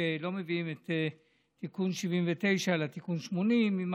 שלא מביאים את תיקון 79 אלא את תיקון 80 עם